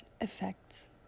affects